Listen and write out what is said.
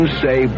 say